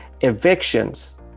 evictions